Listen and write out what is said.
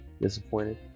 disappointed